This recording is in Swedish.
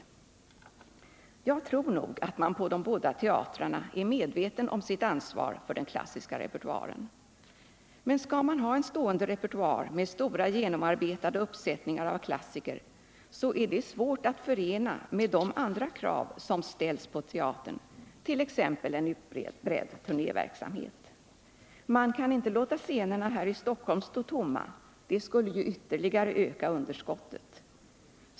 Jag tror nog att man på de båda teatrarna är medveten om sitt ansvar för den klassiska repertoaren. Men skall man ha en stående repertoar med stora genomarbetade uppsättningar av klassiker, så är det svårt att förena med de andra krav som ställs på teatrarna, t.ex. på en utbredd turnéverksamhet. Man kan inte låta scenerna här i Stockholm stå tomma, det skulle ytterligare öka underskottet.